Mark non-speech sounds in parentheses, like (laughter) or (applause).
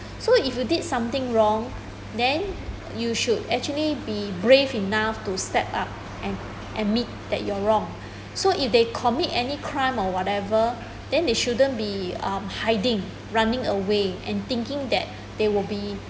(breath) so if you did something wrong then you should actually be brave enough to step up and admit that you are wrong (breath) so if they commit any crime or whatever then they shouldn't be um hiding running away and thinking that (breath) they would be